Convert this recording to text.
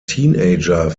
teenager